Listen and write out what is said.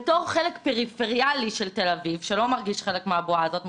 בתור חלק פריפריאלי של תל אביב שלא מרגיש חלק מהבועה הזאת,